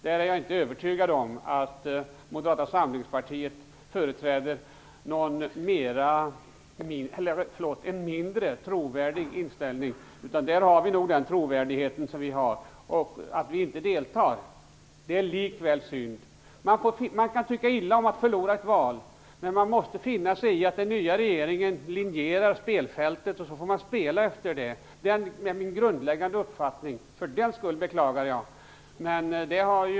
Där är jag inte övertygad om att Moderata samlingspartiet företräder någon mindre trovärdig inställning. Vi har nog den trovärdighet vi har. Att vi inte deltar är likväl synd. Man kan tycka illa om att förlora ett val, men man måste finna sig i att den nya regeringen linjerar spelfältet. Sedan måste man spela efter det. Med min grundläggande uppfattning beklagar jag utvecklingen.